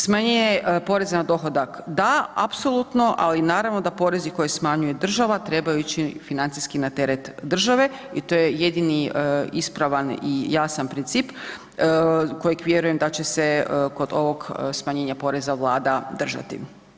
Smanjenje poreza na dohodak da apsolutno, ali naravno da porezi koje smanjuje država trebaju ići financijski na teret države i to je jedini ispravan i jasan princip, kojeg vjerujem da će se kod ovog smanjenja poreza vlada držati.